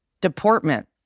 deportment